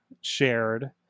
shared